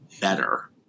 better